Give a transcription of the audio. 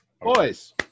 Boys